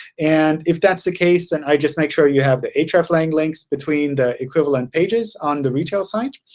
and if that's the case, then i'd just make sure you have the hreflang links between the equivalent pages on the retail site.